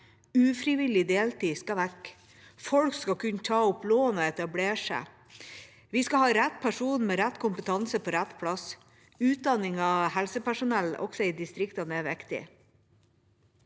Ufrivillig deltid skal vekk. Folk skal kunne ta opp lån og etablere seg. Vi skal ha rett person med rett kompetanse på rett plass. Utdanning av helsepersonell, også i distriktene, er viktig.